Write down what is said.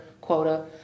quota